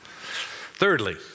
Thirdly